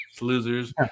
losers